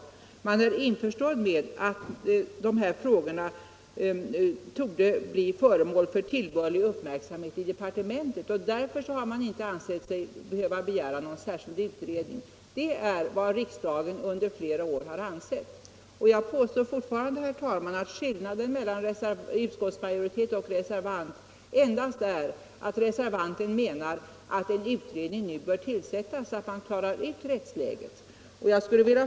Likaså är man införstådd med att dessa frågor torde bli föremål för tillbörlig uppmärksamhet i departementet, och därför har man inte ansett sig behöva begära någon särskild utredning. Detta är vad riksdagen under flera år har uttalat. Och jag påstår fortfarande att skillnaden mellan utskottsmajoritet och reservant endast är att reservanten menar att en utredning nu bör tillsättas, så att man klarar ut rättsläget.